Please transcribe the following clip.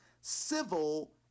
civil